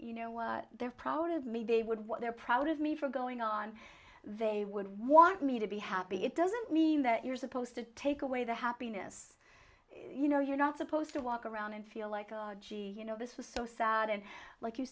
you know what they're proud of me they would what they're proud of me for going on they would want me to be happy it doesn't mean that you're supposed to take away their happiness you know you're not supposed to walk around and feel like gee you know this was so sad and like you